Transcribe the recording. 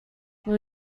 will